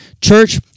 church